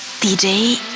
DJ